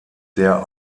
der